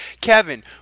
kevin